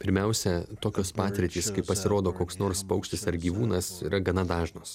pirmiausia tokios patirtys kai pasirodo koks nors paukštis ar gyvūnas yra gana dažnos